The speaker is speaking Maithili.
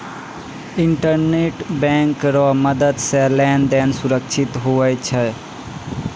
इंटरनेट बैंक रो मदद से लेन देन सुरक्षित हुवै छै